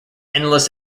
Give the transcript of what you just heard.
endless